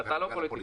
ואתה לא פוליטיקאי.